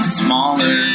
smaller